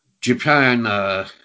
Japan